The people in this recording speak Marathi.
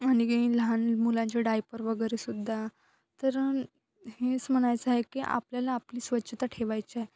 आणि लहान मुलांचे डायपर वगैरे सुद्धा तर हेच म्हणायचं हाय की आपल्याला आपली स्वच्छता ठेवायची आहे